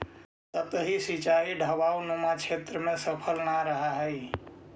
सतही सिंचाई ढवाऊनुमा क्षेत्र में सफल न रहऽ हइ